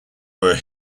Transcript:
were